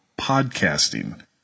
podcasting